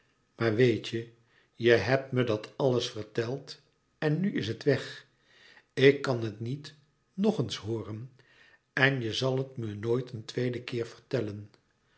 maar weet je je hebt me dat alles verteld en nu is het weg ik kan het niet nog éens hooren en je zal het me nooit een tweeden keer vertellen